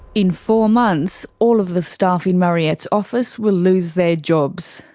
in four months, all of the staff in mariette's office will lose their jobs.